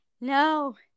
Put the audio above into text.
no